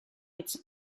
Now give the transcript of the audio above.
its